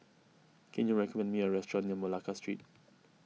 can you recommend me a restaurant near Malacca Street